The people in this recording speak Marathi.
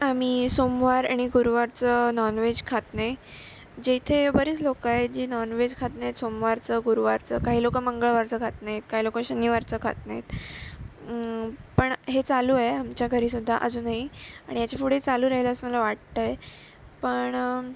आम्ही सोमवार आणि गुरूवारचं नॉनवेज खात नाही जेथे बरीच लोकं आहेत जी नॉनवेज खात नाहीत सोमवारचं गुरुवारचं काही लोक मंगळवारचं खात नाहीत काही लोक शनिवारचं खात नाहीत पण हे चालू आहे आमच्या घरी सुद्धा अजूनही आणि याच्यापुढे चालू राहील असं मला वाटत आहे पण